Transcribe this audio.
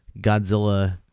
Godzilla